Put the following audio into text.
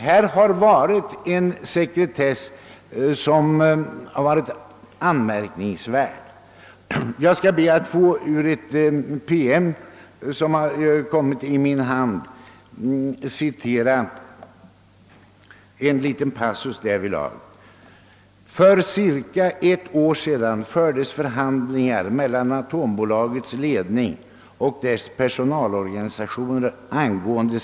Här har förekommit en anmärkningsvärd sekretess. Jag skall be att ur en PM som kommit i min hand få citera en liten passus: »För ca ett år sedan fördes förhandlingar mellan atombolagets ledning och dess personalorganisationer ang.